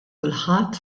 kulħadd